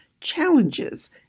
challenges